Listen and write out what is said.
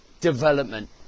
development